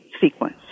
sequence